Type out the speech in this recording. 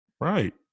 right